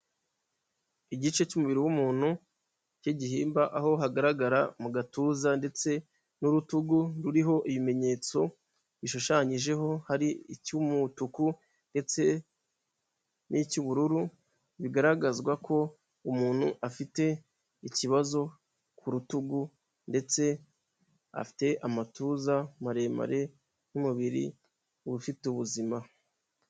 Igice cy'umubiri w'umuntu cy'gihimba aho hagaragara mu gatuza ndetse n'urutugu ruriho ibimenyetso bishushanyijeho hari icy'umutuku ndetse n'icy'ubururu bigaragazwa ko umuntu afite ikibazo ku rutugu ndetse afite amatuza maremare y'umubiri ufite ubuzima.